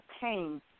pain